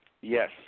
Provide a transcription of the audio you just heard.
Yes